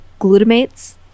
glutamates